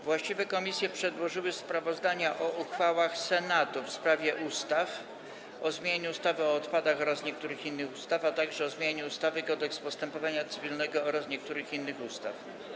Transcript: Właściwe komisje przedłożyły sprawozdania o uchwałach Senatu w sprawie ustaw: - o zmianie ustawy o odpadach oraz niektórych innych ustaw, - o zmianie ustawy Kodeks postępowania cywilnego oraz niektórych innych ustaw.